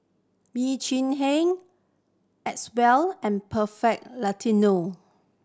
Bee Cheng Hiang Acwell and Perfect Latino